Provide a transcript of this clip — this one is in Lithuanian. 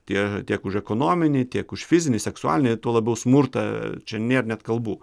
tie tiek už ekonominį tiek už fizinį seksualinį tuo labiau smurtą čia nėra net kalbų